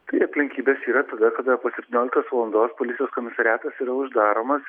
tai aplinkybės yra tada kada po septynioliktos valandos policijos komisariatas yra uždaromas